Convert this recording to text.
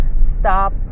stop